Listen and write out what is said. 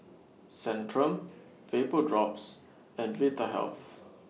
Centrum Vapodrops and Vitahealth